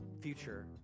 future